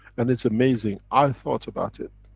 and it's amazing. i thought about it,